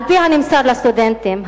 על-פי הנמסר לסטודנטים,